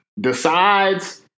decides